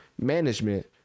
management